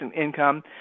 income